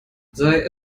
sei